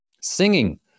Singing